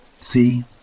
See